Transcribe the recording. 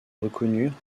reconnurent